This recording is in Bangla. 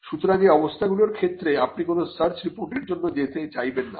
সুতরাং এই অবস্থাগুলোর ক্ষেত্রে আপনি কোন সার্চ রিপোর্টের জন্য যেতে চাইবেন না